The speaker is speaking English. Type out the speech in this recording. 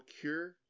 cure